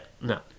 no